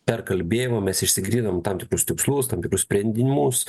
per kalbėjimą mes išsigryninam tam tikrus tikslus tam tikrus sprendimus